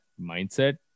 mindset